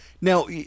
Now